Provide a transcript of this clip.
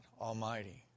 Almighty